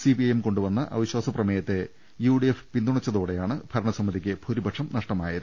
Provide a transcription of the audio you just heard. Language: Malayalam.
സിപിഐഎം കൊണ്ടുവന്ന അവിശ്വാസ പ്രമേയത്തെ യുഡി എഫ് പിന്തുണച്ചതോടെയാണ് ഭരണസമിതിക്ക് ഭൂരിപക്ഷം നഷ്ടമാ യത്